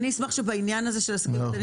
אשמח שבעניין הזה של העסקים הקטנים